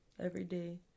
everyday